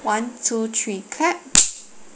one two three clap